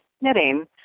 knitting